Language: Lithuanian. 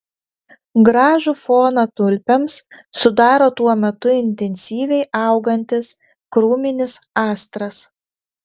gražų foną tulpėms sudaro tuo metu intensyviai augantis krūminis astras